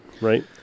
right